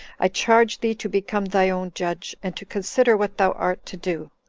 i charge thee to become thy own judge, and to consider what thou art to do,